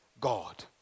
God